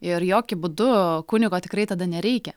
ir jokiu būdu kunigo tikrai tada nereikia